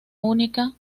única